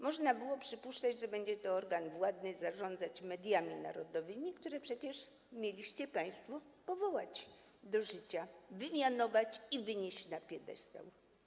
Można było wtedy przypuszczać, że będzie to organ władny zarządzać mediami narodowymi, które przecież mieliście państwo powołać do życia, wymianować i wynieść na piedestał.